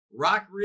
Rockridge